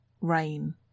rain